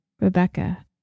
Rebecca